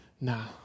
Nah